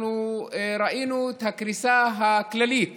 אנחנו ראינו את הקריסה הכללית